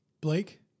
Blake